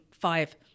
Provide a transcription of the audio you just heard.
five